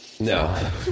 No